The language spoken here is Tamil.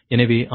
எனவே 52